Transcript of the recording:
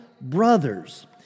brothers